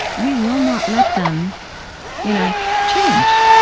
we will not let them you know change,